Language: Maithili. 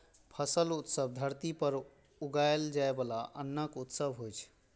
फसल उत्सव धरती पर उगाएल जाइ बला अन्नक उत्सव होइ छै